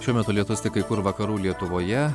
šiuo metu lietus tik kai kur vakarų lietuvoje